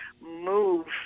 move